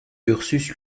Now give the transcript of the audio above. ursus